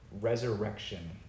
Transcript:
resurrection